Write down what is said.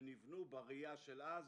ונבנו בראייה של אז,